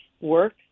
work